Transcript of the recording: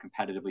competitively